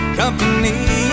company